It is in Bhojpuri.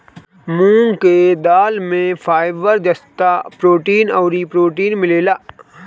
मूंग के दाल में फाइबर, जस्ता, प्रोटीन अउरी प्रोटीन मिलेला